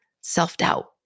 self-doubt